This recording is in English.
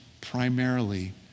primarily